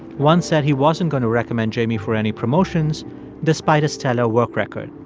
one said he wasn't going to recommend jamie for any promotions despite a stellar work record.